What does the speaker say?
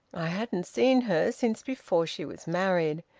i hadn't seen her since before she was married.